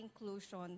inclusion